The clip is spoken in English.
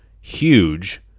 huge